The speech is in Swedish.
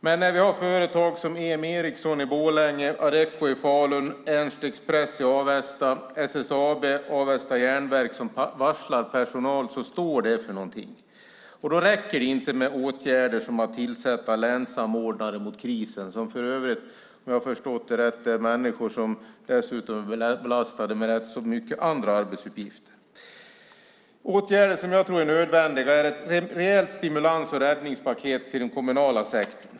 Men när vi har företag som EM Eriksson i Borlänge, Adecco i Falun, Ernst Express i Avesta, SSAB och Avesta Jernverk som varslar personal står det för någonting. Då räcker det inte med åtgärder som att tillsätta länssamordnare mot krisen som för övrigt, om jag har förstått det rätt, är människor som dessutom är belastade med rätt så mycket andra arbetsuppgifter. Åtgärder som jag tror är nödvändiga är ett rejält stimulans och räddningspaket till den kommunala sektorn.